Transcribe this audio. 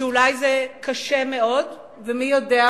שאולי זה קשה מאוד ומי יודע,